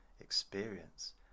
experience